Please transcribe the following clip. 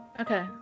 okay